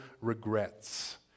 regrets